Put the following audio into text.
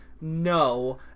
No